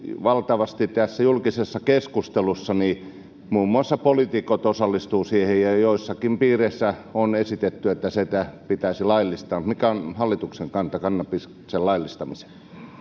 valtavasti tässä julkisessa keskustelussa muun muassa poliitikot osallistuvat siihen ja joissakin piireissä on esitetty että sitä pitäisi laillistaa mikä on hallituksen kanta kannabiksen laillistamiseen